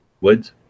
Woods